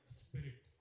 spirit